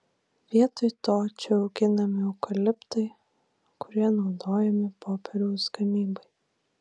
vietoj to čia auginami eukaliptai kurie naudojami popieriaus gamybai